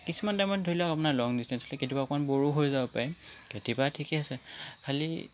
কিছুমান টাইমত ধৰি লওক আপোনাৰ লং ডিছ্টেঞ্চ হ'লে কেতিয়াবা অকণ ব'ৰো হৈ যাব পাৰে কেতিয়াবা ঠিকে আছে খালী